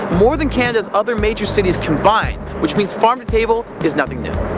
more than canada's other major cities combined, which means farm-to-table is nothing new.